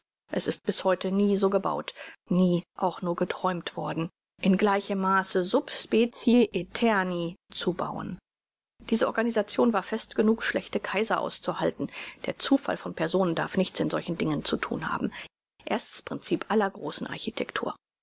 es ist bis heute nie so gebaut nie auch nur geträumt worden in gleichem maaße sub specie aeterni zu bauen diese organisation war fest genug schlechte kaiser auszuhalten der zufall von personen darf nichts in solchen dingen zu thun haben erstes princip aller großen architektur